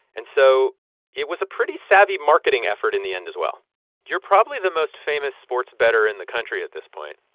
and so it was a pretty savvy marketing effort in the end as well you're probably the most famous sports better in the country at this point